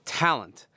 talent